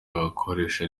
bagakoresha